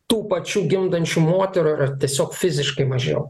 tų pačių gimdančių moterų yra tiesiog fiziškai mažiau